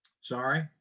Sorry